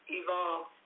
evolve